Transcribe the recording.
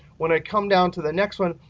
when i come down to the next one,